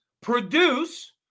produce